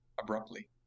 abruptly